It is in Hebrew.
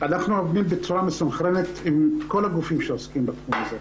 אנחנו עובדים בצורה מסונכרנת עם כל הגופים שעוסקים בתחום הזה.